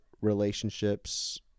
relationships